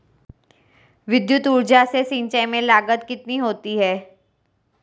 विद्युत ऊर्जा से सिंचाई में लागत कितनी होती है?